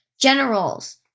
Generals